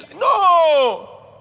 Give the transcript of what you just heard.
No